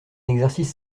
exercice